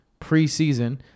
preseason